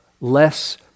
less